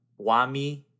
Wami